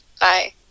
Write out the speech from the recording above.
bye